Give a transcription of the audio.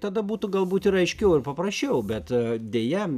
tada būtų galbūt ir aiškiau ir paprašiau bet deja